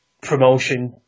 promotion